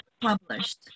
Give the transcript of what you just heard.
published